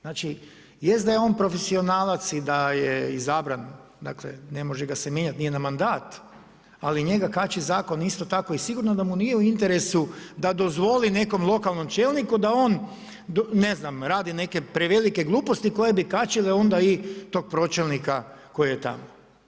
Znači jest da je on profesionalac i da je izabran, dakle, ne može ga se mijenjati, nije na mandat, ali njega kači zakon isto tako i sigurno da mu nije u interesu da dozvoli nekom lokalnom čelniku, da on ne znam radi neke prevelike gluposti koje bi kačile onda i tog pročelnika koji je tamo.